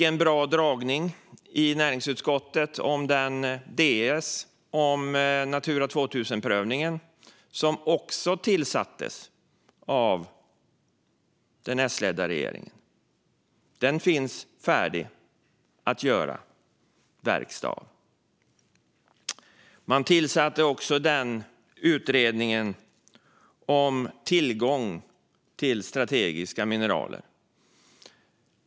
Vi fick i näringsutskottet en bra dragning om den Ds om Natura 2000-prövningen som också tillsatts av den S-ledda regeringen. Den finns färdig att göra verkstad av. Man tillsatte också utredningen om tillgång till strategiska mineral.